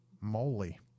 moly